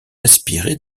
inspirée